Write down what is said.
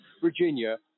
Virginia